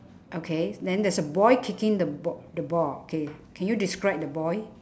okay then there's a boy kicking the ba~ the ball K can you describe the boy